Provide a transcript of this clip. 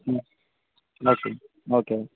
okay okay